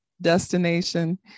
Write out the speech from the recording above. destination